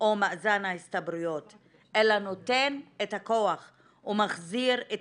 או מאזן ההסתברויות אלא נותן את הכוח ומחזיר את